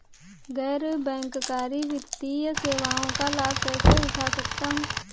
गैर बैंककारी वित्तीय सेवाओं का लाभ कैसे उठा सकता हूँ?